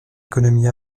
économie